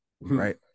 Right